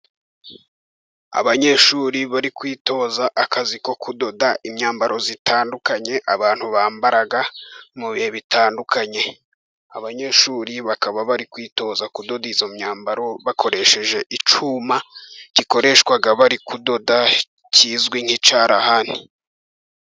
Abanyeshuri bari kwitoza akazi ko kudoda imyambaro itandukanye, abantu bambara mu bihe bitandukanye. Abanyeshuri bakaba bari kwitoza kudoda iyo myambaro, bakoresheje icyuma gikoreshwa bari kudoda kizwi nk'icyarahani.